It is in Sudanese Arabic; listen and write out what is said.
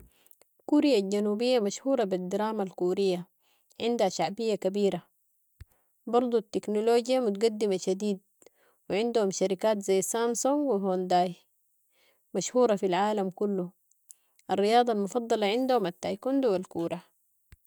كوريا الجنوبية مشهورة بالدرامة الكورية، عندها شعبية كبيرة. برضو التكنولوجيا متقدمة شديد وعندهم شركات زي سامسونج و هيونداي مشهورة في العالم كلو. الرياضة المفضلة عندهم التايكوندو و الكورة.